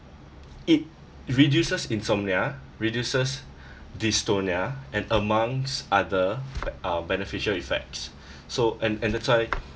it reduces insomnia reduces dystonia and amongst other be~ uh beneficial effects so and that's why